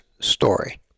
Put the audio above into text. story